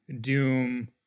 Doom